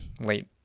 late